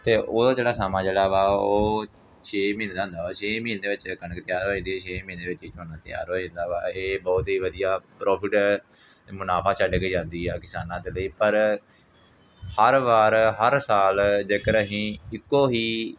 ਅਤੇ ਉਹਦਾ ਜਿਹੜਾ ਸਮਾਂ ਜਿਹੜਾ ਵਾ ਉਹ ਛੇ ਮਹੀਨੇ ਦਾ ਹੁੰਦਾ ਵਾ ਛੇ ਮਹੀਨੇ ਵਿੱਚ ਕਣਕ ਤਿਆਰ ਹੋ ਜਾਂਦੀ ਛੇ ਮਹੀਨੇ ਵਿੱਚ ਹੀ ਝੋਨਾ ਤਿਆਰ ਹੋ ਜਾਂਦਾ ਵਾ ਇਹ ਬਹੁਤ ਹੀ ਵਧੀਆ ਪ੍ਰੋਫਿਟ ਮੁਨਾਫਾ ਛੱਡ ਕੇ ਜਾਂਦੀ ਆ ਕਿਸਾਨਾਂ ਦੇ ਲਈ ਪਰ ਹਰ ਵਾਰ ਹਰ ਸਾਲ ਜੇਕਰ ਅਸੀਂ ਇੱਕੋ ਹੀ